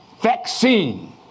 vaccine